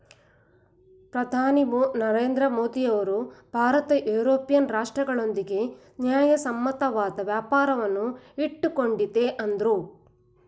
ಪ್ರಧಾನಿ ನರೇಂದ್ರ ಮೋದಿಯವರು ಭಾರತ ಯುರೋಪಿಯನ್ ರಾಷ್ಟ್ರಗಳೊಂದಿಗೆ ನ್ಯಾಯಸಮ್ಮತವಾದ ವ್ಯಾಪಾರವನ್ನು ಇಟ್ಟುಕೊಂಡಿದೆ ಅಂದ್ರು